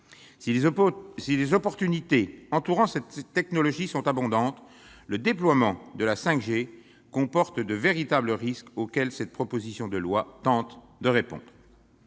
Si les opportunités entourant cette technologie sont abondantes, le déploiement de la 5G comporte de véritables risques auxquels cette proposition de loi tente de répondre.